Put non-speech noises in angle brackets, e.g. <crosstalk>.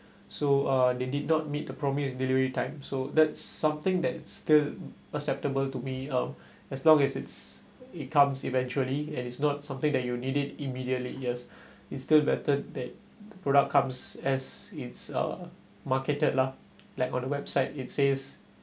so uh they did not meet the promised delivery time so that's something that still acceptable to me um as long as it's it comes eventually and it's not something that you need it immediately yes <breath> is still better than the product comes as its uh marketed lah like on the website it says